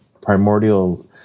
Primordial